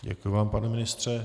Děkuji vám, pane ministře.